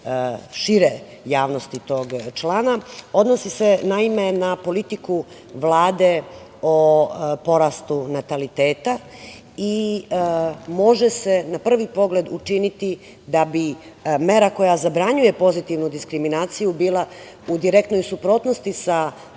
šire javnosti tog člana, odnosi se naime na politiku Vlade o porastu nataliteta i može se na prvi pogled učiniti da bi mera koja zabranjuje pozitivnu diskriminaciju bila u direktnoj suprotnosti sa